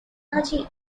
energy